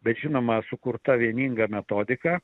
bet žinoma sukurta vieninga metodika